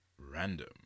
random